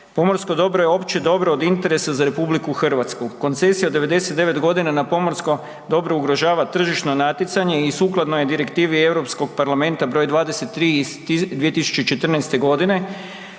Pomorsko dobro je opće dobro od interesa za RH. Koncesija od 99.g. na pomorsko dobro ugrožava tržišno natjecanje i sukladno je direktivi Europskog parlamenta br. 23. iz 2014.g.,